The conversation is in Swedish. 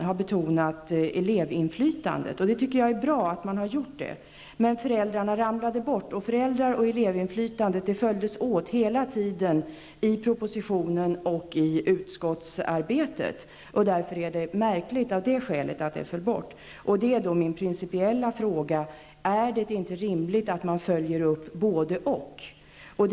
Jag tycker att det är bra att man har gjort det, men föräldrainflytandet ramlade bort. Det är märkligt, eftersom föräldra och elevinflytandet hela tiden följdes åt i propositionen och i utskottsarbetet. Min principiella fråga är: Är det inte rimligt att man följer upp beslutet både när det gäller elevinflytande och när det gäller föräldrainflytandet?